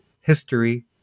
history